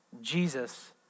Jesus